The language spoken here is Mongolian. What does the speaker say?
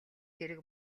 хэрэг